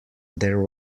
there